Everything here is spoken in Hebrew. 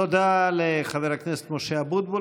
תודה לחבר הכנסת משה אבוטבול.